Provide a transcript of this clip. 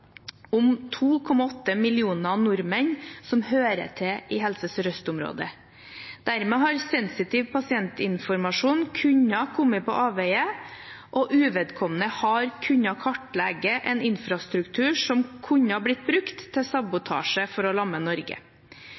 om 2,8 millioner nordmenn som hører til i Helse Sør-Øst-området. Dermed har sensitiv pasientinformasjon kunnet komme på avveier, og uvedkommende har kunnet kartlegge en infrastruktur som kunne ha blitt brukt til sabotasje for å lamme Norge.